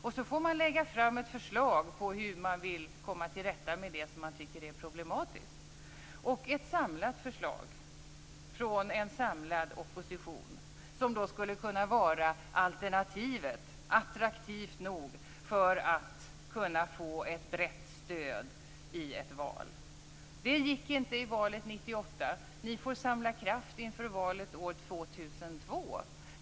Sedan får man lägga fram ett förslag om hur man vill komma till rätta med det som man tycker är problematiskt - ett samlat förslag från en samlad opposition, som då skulle kunna vara alternativet, attraktivt nog för att kunna få ett brett stöd i ett val. Det gick inte i valet 1998. Ni får samla kraft inför valet år 2002.